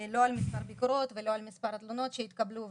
לא על מספר ביקורות ולא על מספר התלונות שהתקבלו,